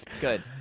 Good